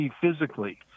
physically